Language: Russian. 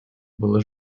было